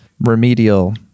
remedial